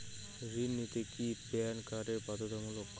ঋণ নিতে কি প্যান কার্ড বাধ্যতামূলক?